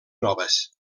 noves